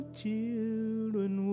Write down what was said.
children